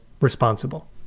responsible